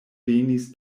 venis